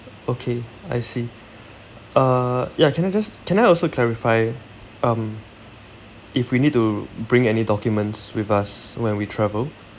okay I see uh ya can I just can I also clarify um if we need to bring any documents with us when we travel